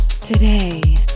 today